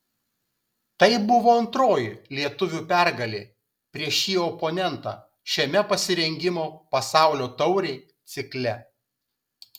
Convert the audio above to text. tai buvo antroji lietuvių pergalė prieš šį oponentą šiame pasirengimo pasaulio taurei cikle